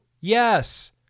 yes